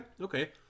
okay